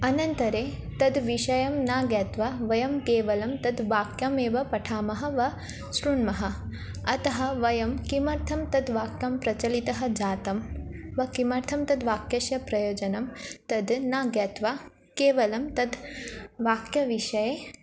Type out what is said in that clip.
अनन्तरे तद् विषयं न ज्ञात्वा वयं केवलं तद् वाक्यमेव पठामः वा शृण्मः अतः वयं किमर्थं तद् वाक्यं प्रचलितः जातं वा किमर्थं तद् वाक्यस्य प्रयोजनं तद् न ज्ञात्वा केवलं तद् वाक्यविषये